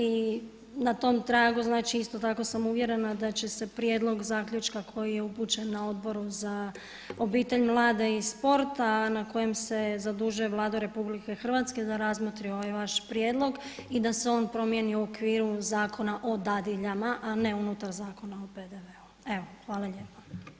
I na tom tragu znači isto tako sam uvjerena da će se prijedlog zaključka koji je upućen na Odboru za obitelj, mlade i sport a na kojem se zadužuje Vladu RH da razmotri ovaj vaš prijedlog i da se on promijeni u okviru Zakona o dadiljama a ne unutar Zakona o PDV-u.